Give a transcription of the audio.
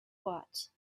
what